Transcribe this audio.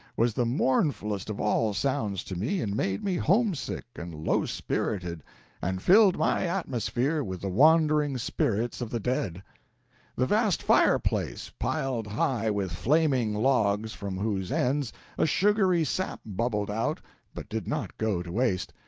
was the mournfulest of all sounds to me and made me homesick and low spirited and filled my atmosphere with the wandering spirits of the dead the vast fireplace, piled high with flaming logs from whose ends a sugary sap bubbled out but did not go to waste,